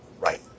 right